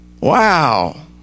Wow